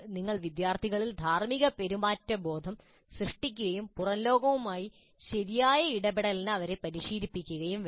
നിങ്ങൾ വിദ്യാർത്ഥികളിൽ ധാർമ്മിക പെരുമാറ്റബോധം സൃഷ്ടിക്കുകയും പുറം ലോകവുമായി ശരിയായ ഇടപെടലിന് അവരെ പരിശീലിപ്പിക്കുകയും വേണം